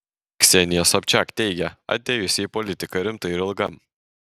ksenija sobčiak teigia atėjusi į politiką rimtai ir ilgam